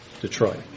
Detroit